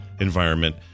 environment